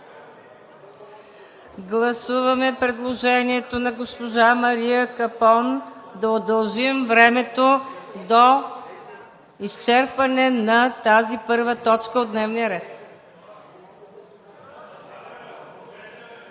Гласуваме предложението на госпожа Мария Капон да удължим времето до изчерпване на първата точка от дневния ред.